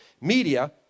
Media